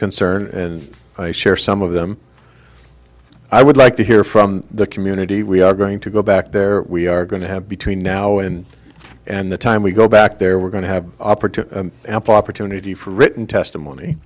concern and i share some of them i would like to hear from the community we are going to go back there we are going to have between now and and the time we go back there we're going to have operative ample opportunity for written testimony